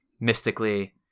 mystically